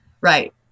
Right